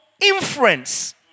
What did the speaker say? inference